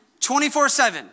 24-7